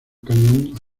cañón